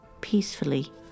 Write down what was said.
peacefully